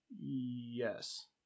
Yes